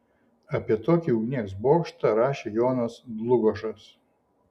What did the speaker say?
apie tokį ugnies bokštą rašė jonas dlugošas